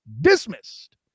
dismissed